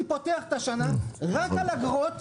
אני פותח את השנה רק על אגרות.